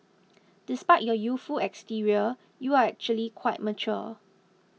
despite your youthful exterior you're actually quite mature